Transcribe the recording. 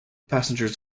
passengers